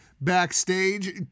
backstage